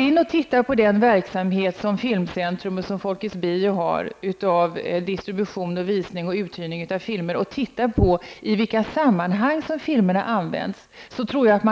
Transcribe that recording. Jag tror att man i den verksamhet som Filmcentrum och Folkets Bio bedriver i fråga om distribution, visning och uthyrning av filmer